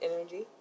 energy